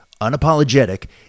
unapologetic